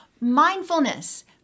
Mindfulness